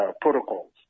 protocols